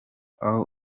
aho